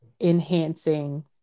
enhancing